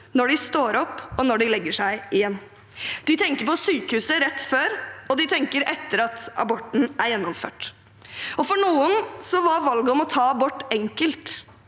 når de står opp, og når de legger seg igjen. De tenker på sykehuset rett før, og de tenker etter at aborten er gjennomført. For noen var valget om å ta abort enkelt.